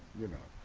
you know.